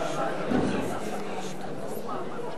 תודה רבה.